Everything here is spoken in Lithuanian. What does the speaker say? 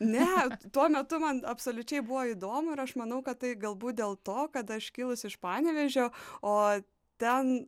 ne tuo metu man absoliučiai buvo įdomu ir aš manau kad tai galbūt dėl to kad aš kilusi iš panevėžio o ten